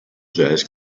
jazz